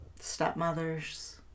stepmothers